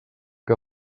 que